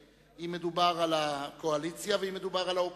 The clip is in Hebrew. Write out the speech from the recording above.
אם מדובר על הקואליציה ואם מדובר על האופוזיציה.